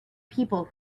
people